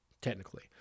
technically